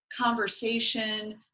conversation